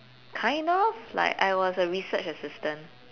kind of like I was a research assistant